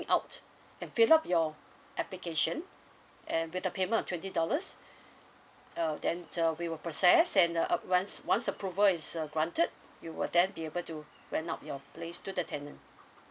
out and fill out your application and with the payment of twenty dollars uh then uh we will process and uh uh once once approval is uh granted you will then be able to rent out your place to the tenant